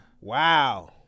Wow